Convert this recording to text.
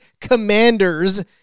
Commanders